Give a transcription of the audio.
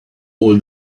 all